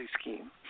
scheme